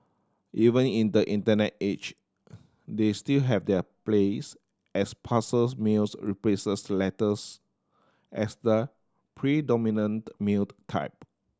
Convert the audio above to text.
even in the internet age they still have their place as parcels mails replaces letters as the predominant mailed type